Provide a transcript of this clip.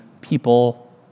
people